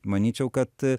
manyčiau kad